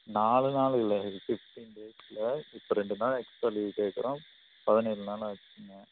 நாலு நாள் இல்லை ஃபிஃப்டின் டேஸ்ல இப்போ ரெண்டு நாள் எக்ஸ்ட்ரா லீவு கேட்கறோம் பதினேழு நாள் ஆச்சுங்க